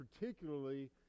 particularly